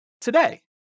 today